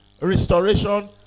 restoration